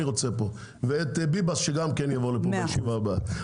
ושגם ביבס יבוא לפה בישיבה הבאה.